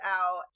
out